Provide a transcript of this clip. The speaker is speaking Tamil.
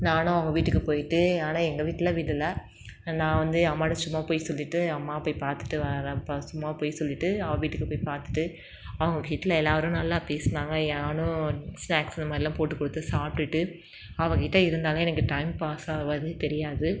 நானும் அவங்க வீட்டுக்கு போய்ட்டு ஆனால் எங்கள் வீட்டில் விடலை நான் வந்து அம்மாகிட்ட சும்மா பொய் சொல்லிவிட்டு அம்மா போய் பார்த்துட்டு வரேன்ப்பா சும்மா பொய் சொல்லிவிட்டு அவள் வீட்டுக்கு போய் பார்த்துட்டு அவங்க வீட்டில் எல்லோரும் நல்லா பேசினாங்க நானும் ஸ்நாக்ஸ் அதுமாதிரிலாம் போட்டுக் கொடுத்து சாப்பிட்டுட்டு அவள் கிட்டே இருந்தாலே எனக்கு டைம் பாஸ் ஆகிறதே தெரியாது